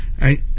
right